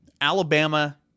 Alabama